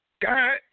God